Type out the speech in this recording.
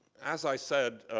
as i said,